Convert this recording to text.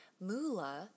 Mula